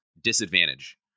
disadvantage